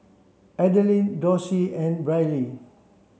Adeline Dorsey and Brylee